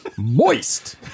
Moist